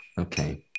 Okay